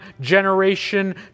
generation